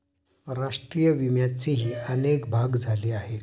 राष्ट्रीय विम्याचेही अनेक भाग झाले आहेत